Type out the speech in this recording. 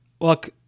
Look